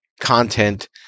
content